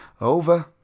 Over